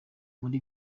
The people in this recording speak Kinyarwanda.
muri